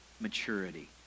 maturity